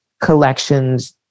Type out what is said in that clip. collections